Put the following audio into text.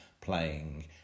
playing